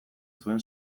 zuen